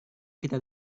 kita